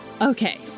Okay